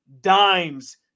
dimes